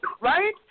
Right